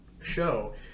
show